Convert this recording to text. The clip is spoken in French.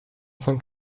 cinq